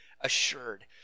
assured